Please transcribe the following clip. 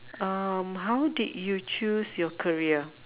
um how did you choose your career